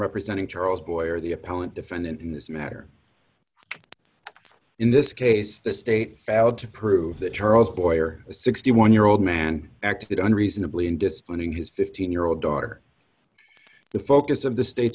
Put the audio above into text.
representing charles boyer the appellant defendant in this matter in this case the state failed to prove that charles boyer the sixty one year old man acted on reasonably in disciplining his fifteen year old daughter the focus of the state